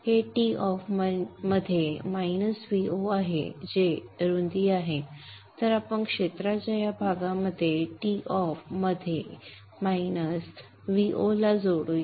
आता हे Toff मध्ये वजा Vo आहे जे रुंदी आहे तर आपण क्षेत्राच्या या भागामध्ये Toff मध्ये वजा Vo ला जोडू या